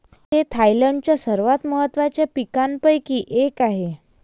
ऊस हे थायलंडच्या सर्वात महत्त्वाच्या पिकांपैकी एक आहे